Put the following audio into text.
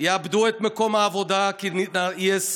יאבדו את מקום העבודה כי יהיה סגר,